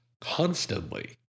constantly